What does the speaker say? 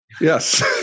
Yes